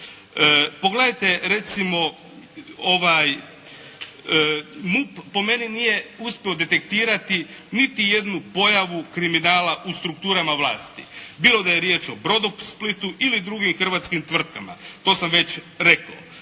Pogledajte recimo MUP po meni nije uspio detektirati niti jednu pojavu kriminala u strukturama vlasti, bilo da je riječ o Brodosplitu ili drugim hrvatskim tvrtkama, to sam već rekao.